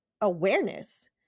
awareness